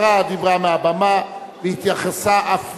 הסדרת מקצוע מאמן ספורט),